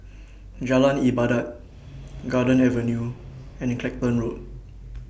Jalan Ibadat Garden Avenue and Clacton Road